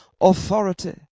authority